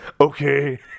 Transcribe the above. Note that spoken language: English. okay